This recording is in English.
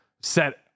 set